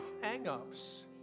hang-ups